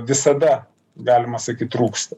visada galima sakyt trūksta